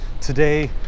today